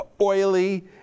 oily